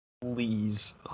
Please